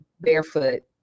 barefoot